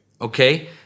okay